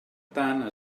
tant